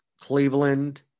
Cleveland